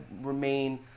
remain